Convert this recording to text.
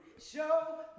Show